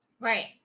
Right